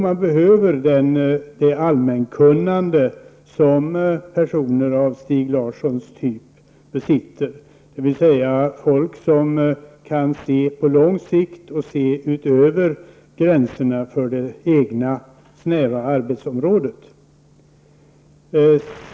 Man behöver då det allmänkunnande som personer av Stig Larssons typ besitter. Det behövs folk som kan se på lång sikt och som kan se utöver gränserna för det egna snäva arbetsområdet.